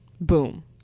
Boom